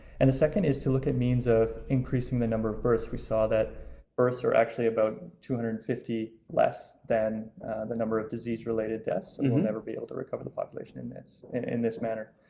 and the second is to look at means of increasing the number of births, we saw that births are actually about two hundred and fifty less than the number of disease related deaths and we'll never be able to recover the population in this and in this manner.